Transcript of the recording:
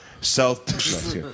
South